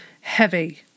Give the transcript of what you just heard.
heavy